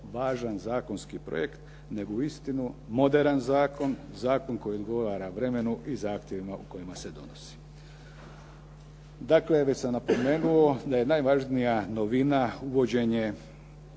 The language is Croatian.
važan zakonski projekt, nego uistinu moderan zakon, zakon koji odgovara vremenu i zahtjevima o kojima se donosi. Dakle, već sam napomenuo da je najvažnija novina uvođenje